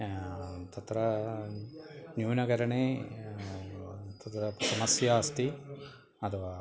तत्र न्यूनकरणे तत्र समस्या अस्ति अथवा